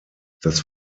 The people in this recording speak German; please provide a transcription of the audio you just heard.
das